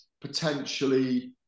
potentially